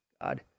God